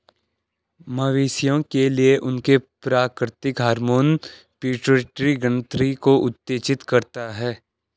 मवेशियों के लिए, उनके प्राकृतिक हार्मोन पिट्यूटरी ग्रंथि को उत्तेजित करते हैं